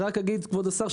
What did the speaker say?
כבוד השר,